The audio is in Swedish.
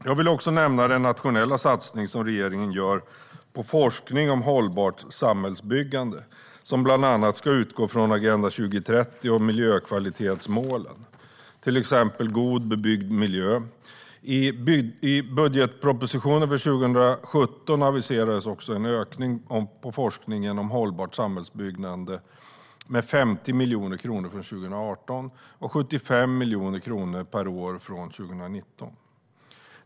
Jag vill också nämna den nationella satsning som regeringen gör på forskning om hållbart samhällsbyggande och som bland annat ska utgå från Agenda 2030 och miljökvalitetsmålen, till exempel God bebyggd miljö. I budgetpropositionen för 2017 aviserades en ökning på forskningen om hållbart samhällsbyggande med 50 miljoner kronor från 2018 och 75 miljoner kronor per år från 2019.